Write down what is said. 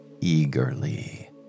eagerly